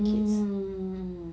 mm